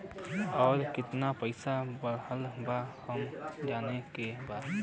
और कितना पैसा बढ़ल बा हमे जाने के बा?